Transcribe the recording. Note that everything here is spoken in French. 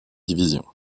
division